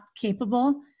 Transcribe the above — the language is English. capable